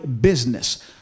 business